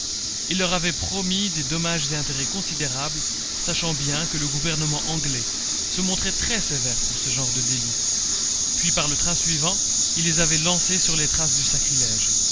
il leur avait promis des dommages-intérêts considérables sachant bien que le gouvernement anglais se montrait très sévère pour ce genre de délit puis par le train suivant il les avait lancés sur les traces du sacrilège